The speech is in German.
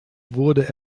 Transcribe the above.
wurde